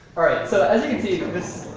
so as you can see, this